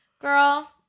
girl –